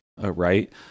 right